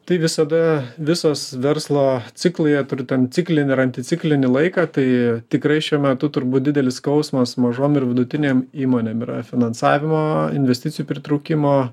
tai visada visos verslo ciklai jie turi tam ciklinį ir anticiklinį laiką tai tikrai šiuo metu turbūt didelis skausmas mažom ir vidutinėm įmonėm yra finansavimo investicijų pritraukimo